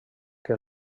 que